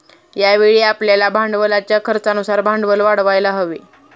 यावेळी आपल्याला भांडवलाच्या खर्चानुसार भांडवल वाढवायला हवे